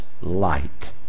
light